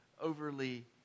overly